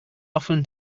often